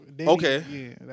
Okay